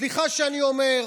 סליחה שאני אומר.